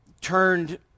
turned